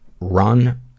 Run